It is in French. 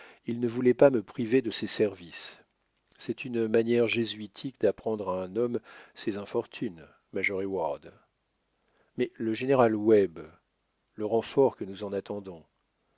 il ne voulait pas me priver de ses services c'est une manière jésuitique d'apprendre à un homme ses infortunes major heyward mais le général webb le renfort que nous en attendons